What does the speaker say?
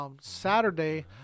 Saturday